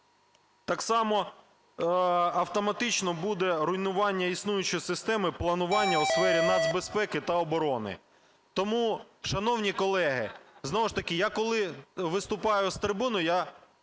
Так само автоматично буде руйнування існуючої системи планування у сфері нацбезпеки та оборони. Тому, шановні колеги, знову ж таки я, коли виступаю з трибуни, я